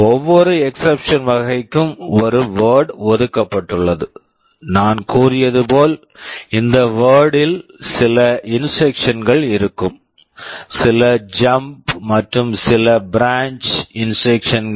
ஒவ்வொரு exception exception வகைக்கும் ஒரு வர்ட் word ஒதுக்கப்பட்டுள்ளது நான் கூறியது போல இந்த வர்ட் word யில் சில இன்ஸ்ட்ரக்க்ஷன்ஸ் instructions கள் இருக்கும் சில ஜம்ப் jump மற்றும் சில பிரான்ச் branch இன்ஸ்ட்ரக்க்ஷன்ஸ் instructions கள்